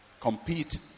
compete